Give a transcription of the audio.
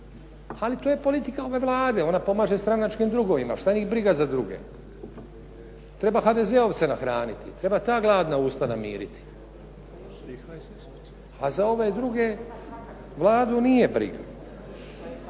Ali to je politika ove Vlade, ona pomaže stranačkim drugovima, šta njih briga za druge. Treba HDZ-ovce nahraniti, treba ta gladna usta namiriti. A za ove druge Vladu nije briga.